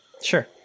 Sure